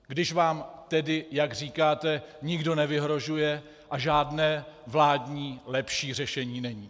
Když vám tedy, jak říkáte, nikdo nevyhrožuje a žádné vládní lepší řešení není?